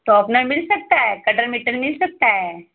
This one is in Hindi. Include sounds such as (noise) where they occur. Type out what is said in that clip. शार्पनर मिल सकता है कटर (unintelligible) मिल सकता है